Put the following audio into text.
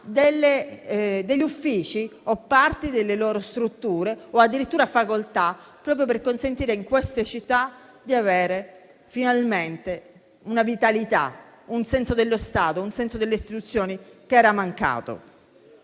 degli uffici, parti delle loro strutture o addirittura facoltà, proprio per consentire in queste città di avere finalmente una vitalità e un senso dello Stato e delle istituzioni che mancavano.